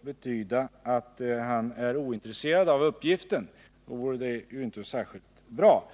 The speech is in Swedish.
betyder att han är ointresserad av uppgiften — då vore det ju inte särskilt bra.